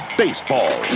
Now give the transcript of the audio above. baseball